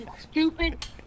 stupid